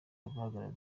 guhagararira